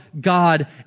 God